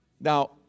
Now